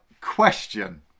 question